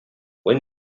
when